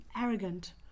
arrogant